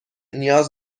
نیاز